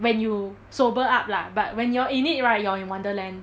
when you sober up lah but when you're in it right you're in wonderland